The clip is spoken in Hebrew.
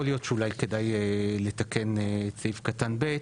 יכול להיות שאולי כדאי לתקן את סעיף קטן ב,